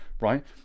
right